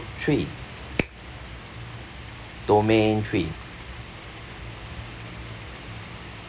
three domain three